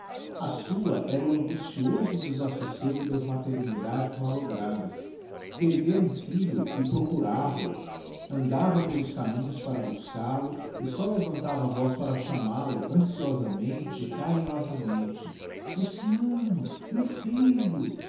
a sua era o angustioso desassocego das maternidades mallogradas perdera um fliho e procurava o digiti zedby google andava pelos caminhos para buscal oe só levantava a voz para chamal-o anciosamente carinhosamente luciano meu filho